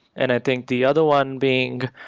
and i think the other one being,